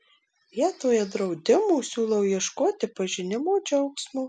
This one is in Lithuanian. vietoje draudimų siūlau ieškoti pažinimo džiaugsmo